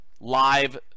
live